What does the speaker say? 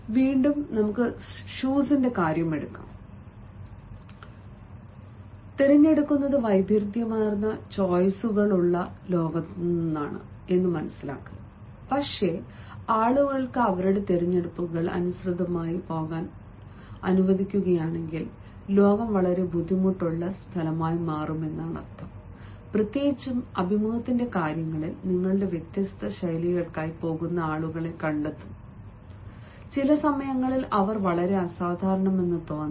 വീണ്ടും ഷൂസിലേക്ക് വരുമ്പോൾ ഞങ്ങൾ തിരഞ്ഞെടുക്കുന്നത് വൈവിധ്യമാർന്ന ചോയ്സുകൾ ഉള്ള ലോകത്താണ് പക്ഷേ ആളുകൾക്ക് അവരുടെ തിരഞ്ഞെടുപ്പുകൾക്ക് അനുസൃതമായി പോകാൻ അനുവദിക്കുകയാണെങ്കിൽ ലോകം വളരെ ബുദ്ധിമുട്ടുള്ള സ്ഥലമായി മാറും പ്രത്യേകിച്ചും അഭിമുഖങ്ങളിൽ നിങ്ങൾ വ്യത്യസ്ത ശൈലികൾക്കായി പോകുന്ന ആളുകളെ കണ്ടെത്തുക ചില സമയങ്ങളിൽ അവർ വളരെ അസാധാരണരാണെന്ന് തോന്നാം